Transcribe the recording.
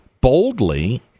boldly